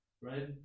right